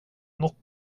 något